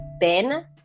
Ben